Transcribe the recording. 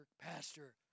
Pastor